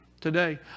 today